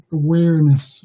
awareness